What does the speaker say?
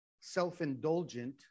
self-indulgent